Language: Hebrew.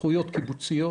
זכויות קיבוציות